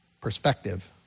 Perspective